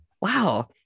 wow